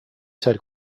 said